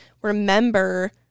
remember